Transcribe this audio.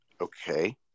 Okay